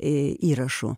į įrašų